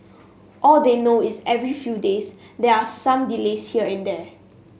all they know is every few days they are some delays here and there